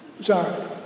sorry